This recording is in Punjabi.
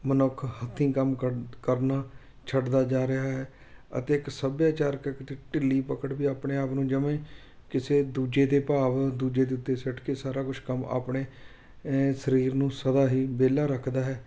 ਮਨੁੱਖੀ ਹੱਥੀਂ ਕੰਮ ਕਰ ਕਰਨਾ ਛੱਡਦਾ ਜਾ ਰਿਹਾ ਹੈ ਅਤੇ ਇੱਕ ਸੱਭਿਆਚਾਰਕ ਢਿੱਲੀ ਪਕੜ ਵੀ ਆਪਣੇ ਆਪ ਨੂੰ ਜਵੇਂ ਕਿਸੇ ਦੂਜੇ ਦੇ ਭਾਵ ਦੂਜੇ ਦੇ ਉੱਤੇ ਸਿੱਟ ਕੇ ਸਾਰਾ ਕੁਛ ਕੰਮ ਆਪਣੇ ਸਰੀਰ ਨੂੰ ਸਦਾ ਹੀ ਵਿਹਲਾ ਰੱਖਦਾ ਹੈ